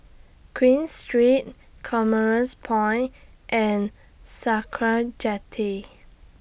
Queen Street Commerce Point and Sakra Jetty